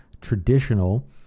traditional